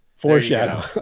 foreshadow